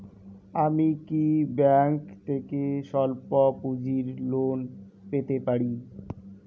আমি কি ব্যাংক থেকে স্বল্প পুঁজির লোন পেতে পারি?